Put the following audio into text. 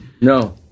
No